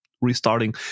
restarting